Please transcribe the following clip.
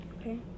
Okay